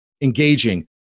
Engaging